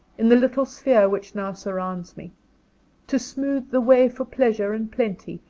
in the little sphere which now surrounds me to smooth the way for pleasure and plenty,